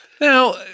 Now